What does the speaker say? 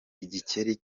igikeri